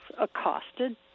accosted